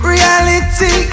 Reality